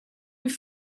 wie